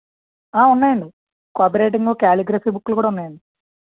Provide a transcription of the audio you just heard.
ఉన్నాయండి copy writing calligraphy బుక్కులు కూడా ఉన్నాయండి